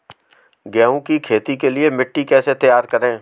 गेहूँ की खेती के लिए मिट्टी कैसे तैयार करें?